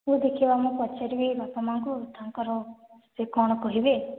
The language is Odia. ହଉ ଦେଖିବା ମୁଁ ପଚାରିବି ବାପାମା'ଙ୍କୁ ତାଙ୍କର ସେ କ'ଣ କହିଲେ